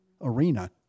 arena